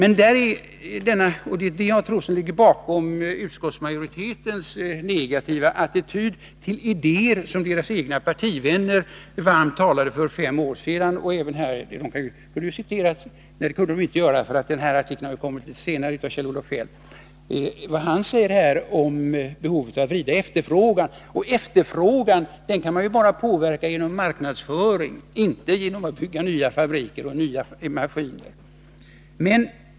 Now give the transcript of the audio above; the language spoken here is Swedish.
Kjell-Olof Feldt talar alltså om behovet av att vrida efterfrågan, men efterfrågan kan ju påverkas bara genom marknadsföring — inte genom att man bygger nya fabriker och maskiner.